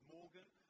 Morgan